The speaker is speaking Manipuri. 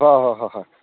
ꯍꯣꯏ ꯍꯣꯏ ꯍꯣꯏ ꯍꯣꯏ